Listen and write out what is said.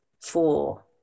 four